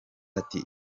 ati